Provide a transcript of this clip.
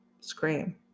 scream